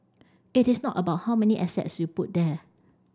it is not about how many assets you put there